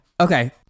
Okay